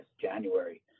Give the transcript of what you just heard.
January